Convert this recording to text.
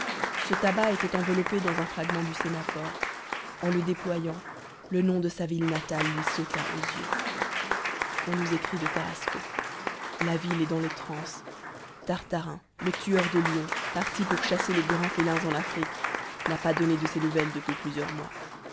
ce tabac était enveloppé dans un fragment du sémaphore en le déployant le nom de sa ville natale lui sauta aux yeux on nous écrit de tarascon la ville est dans les transes tartarin le tueur de lions parti pour chasser les grands félins en afrique n'a pas donné de ses nouvelles depuis plusieurs mois